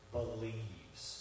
believes